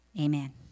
Amen